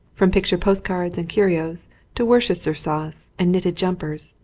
from picture postcards and curios to worcester sauce and knitted jumpers,